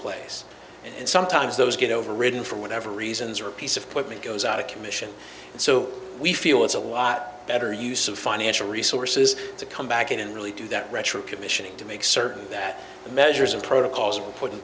place and sometimes those get overridden for whatever reasons or a piece of equipment goes out of commission so we feel it's a lot better use of financial resources to come back in and really do that retro commissioning to make certain that the measures of protocols were put in